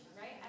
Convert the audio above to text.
right